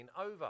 over